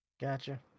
Gotcha